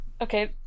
Okay